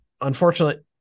unfortunately